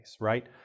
right